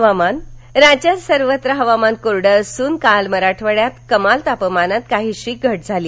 हवामान राज्यात सर्वत्र हवामान कोरडं असून काल मराठवाड्यात कमाल तापमानात काहीशी घट झाली